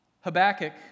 Habakkuk